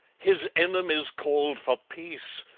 his enemies called for peace,